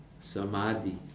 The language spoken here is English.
Samadhi